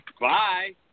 Bye